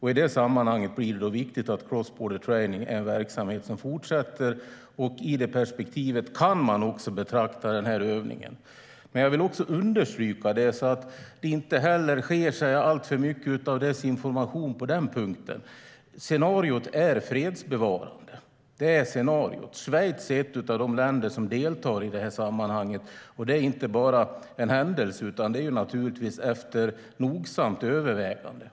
I det sammanhanget blir det viktigt att verksamheten med Cross Border Training fortsätter. Den här övningen kan betraktas också ur det perspektivet. Jag vill också understryka - så att det inte sker alltför mycket desinformation på den punkten - att scenariot är fredsbevarande. Det är scenariot. Schweiz är ett av de länder som deltar. Och det är inte bara av en händelse, utan naturligtvis efter nogsamt övervägande.